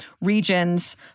regions